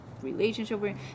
relationship